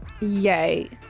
Yay